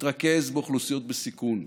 להתרכז באוכלוסיות בסיכון,